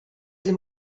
sie